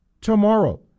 tomorrow